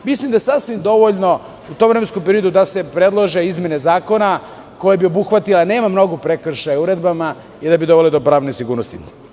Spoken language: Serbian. Mislim da je sasvim dovoljno u tom vremenskom periodu da se predlože izmene zakona koje bi obuhvatile, a nema mnogo prekršaja o uredbama, i dovele bi do pravne sigurnosti.